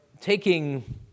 taking